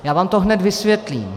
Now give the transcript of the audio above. Já vám to hned vysvětlím.